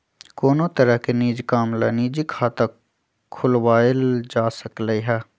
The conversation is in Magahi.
कोनो तरह के निज काम ला निजी खाता खुलवाएल जा सकलई ह